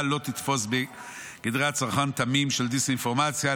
העבירה לא תתפוס בגדרי הצרכן תמים של דיסאינפורמציה,